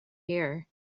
here